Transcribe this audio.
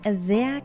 sehr